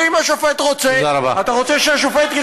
אם השופט רוצה, מה זה "אם השופט רוצה"?